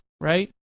right